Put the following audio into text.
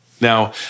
Now